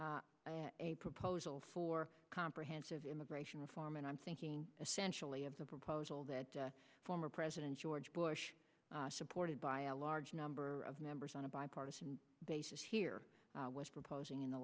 enact a proposal for comprehensive immigration reform and i'm thinking essentially of the proposal that former president george bush supported by a large number of members on a bipartisan basis here was proposing in the